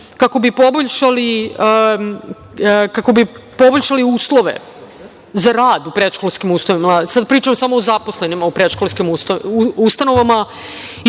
kako bi poboljšali uslove za rad u predškolskim ustanovama. Pričam samo o zaposlenima u predškolskim ustanovama